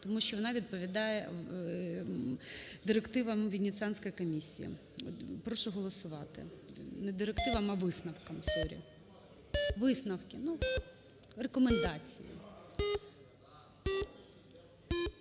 тому що вона відповідає директивам Венеціанської комісії. Прошу голосувати. Не директивам, а висновкам, соррі. Висновки. Ну, рекомендації.